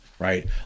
right